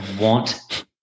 want